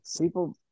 people